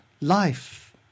life